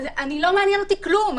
לא מעניין אותי כלום.